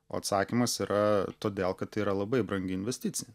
o atsakymas yra todėl kad tai yra labai brangi investicija